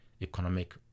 economic